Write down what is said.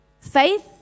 Faith